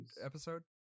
episode